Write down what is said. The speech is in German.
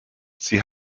sie